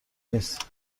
نیست